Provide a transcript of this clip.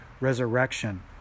resurrection